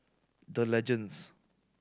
The Legends